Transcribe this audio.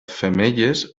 femelles